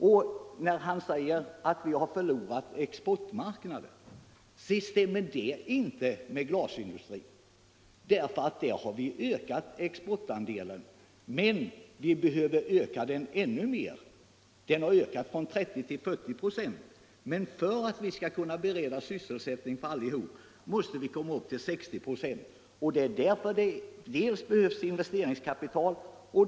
När herr Åsling siger att vi har förlorat exportmarknader så stämmer det inte när det gätler glasindustrin för där har vi ökat vår exportandel. men vi behöver öka den ännu mer. Vår exportandel har ökat från 30 till 40 5. men för att man skall kunna bereda sysselsättning för alla anställda måste den komma upp till 60 5. Diärför behövs det dels investeringskapital.